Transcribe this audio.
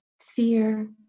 fear